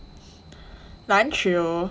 篮球